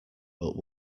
but